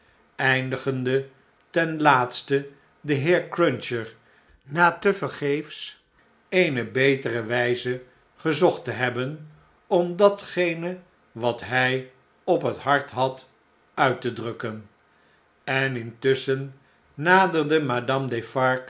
eindigde ten laatste de heer cruncher na tevergeefs eene betere wjjze gezocht te hebben om datgene wat luj op het hart had uit te drukken en intusschen naderde madame